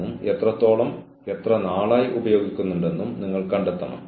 നിങ്ങൾ ജീവനക്കാരനെ നിങ്ങളുടെ ഓഫീസിലേക്ക് വിളിക്കുക